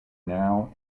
now